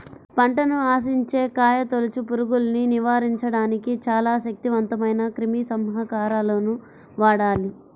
పంటను ఆశించే కాయతొలుచు పురుగుల్ని నివారించడానికి చాలా శక్తివంతమైన క్రిమిసంహారకాలను వాడాలి